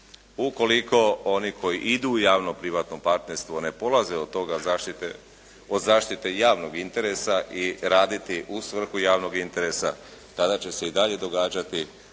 Ukoliko oni koji idu javno-privatno partnerstvo ne polaze od toga od zaštite javnog interesa i raditi u svrhu javnog interesa, tada će se i dalje događati